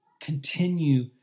continue